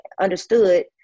understood